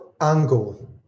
angle